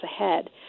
ahead